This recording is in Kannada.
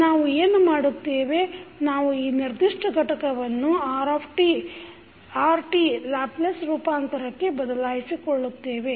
ಹೀಗಾಗಿ ನಾವು ಏನು ಮಾಡುತ್ತೇವೆ ನಾವು ಈ ನಿರ್ದಿಷ್ಟ ಘಟಕವನ್ನು Rt ಲ್ಯಾಪ್ಲೇಸ್ ರೂಪಾಂತರಕ್ಕೆ ಬದಲಾಯಿಸಿಕೊಳ್ಳುತ್ತೇವೆ